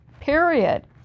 period